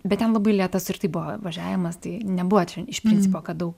bet ten labai lėtas ir taip buvo važiavimas tai nebuvo čia iš principo kad daug